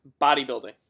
bodybuilding